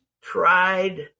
tried